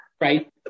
right